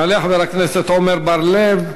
יעלה חבר הכנסת עמר בר-לב,